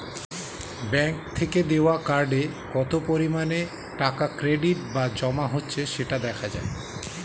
bank থেকে দেওয়া কার্ডে কত পরিমাণে টাকা ক্রেডিট বা জমা হচ্ছে সেটা দেখা যায়